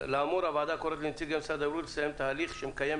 הוועדה קוראת לנציג משרד הבריאות לסיים תהליך שהוא מקיים,